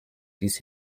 dies